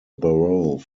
borough